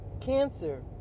cancer